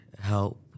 help